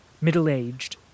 middle-aged